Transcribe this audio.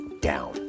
down